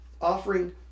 offering